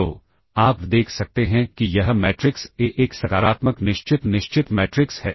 तो आप देख सकते हैं कि यह मैट्रिक्स ए एक सकारात्मक निश्चित निश्चित मैट्रिक्स है